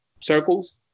circles